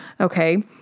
Okay